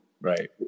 right